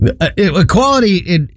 Equality